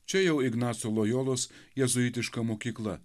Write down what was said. čia jau ignaco lojolos jėzuitiška mokykla